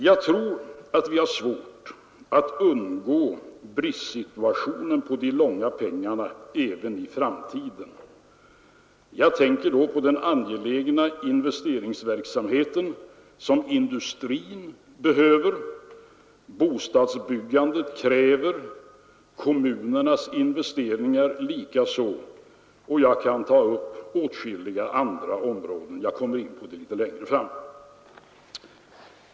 Jag tror att vi har svårt att undgå bristsituationen i fråga om de långa pengarna även i framtiden. Jag tänker då på den angelägna investeringsverksamhet som industrin behöver bedriva liksom på bostadsbyggandets och kommunernas investeringar. Jag kan ta upp åtskilliga andra områden — jag kommer in på det litet längre fram.